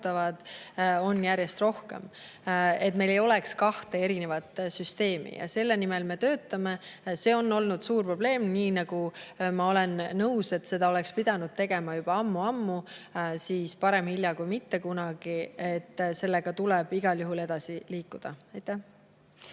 järjest rohkem, et meil ei oleks kahte erinevat süsteemi. Selle nimel me töötame. See on olnud suur probleem. Ma olen nõus, et seda oleks pidanud tegema juba ammu-ammu, aga parem hilja kui mitte kunagi. Sellega tuleb igal juhul edasi liikuda.